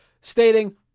stating